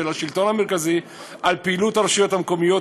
השלטון המרכזי על פעילות הרשויות המקומית,